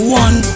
one